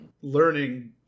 learning